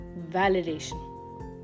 validation